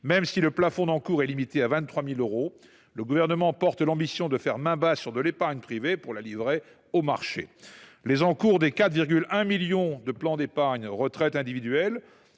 Même si le plafond d’encours est limité à 23 000 euros, le Gouvernement porte l’ambition de faire main basse sur de l’épargne privée, pour la livrer au marché. Les encours des 4,1 millions de plans d’épargne retraite individuels